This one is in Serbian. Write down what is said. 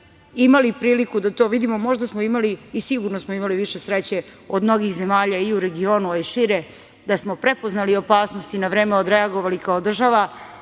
imali priliku da to vidimo, možda smo imali i sigurno smo imali više sreće od mnogih zemalja u regionu, a i šire, da smo prepoznali opasnost i na vreme odreagovali kao država. Ono